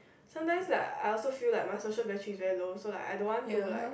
sometimes like I also feel like my social battery is very low so like I don't want to like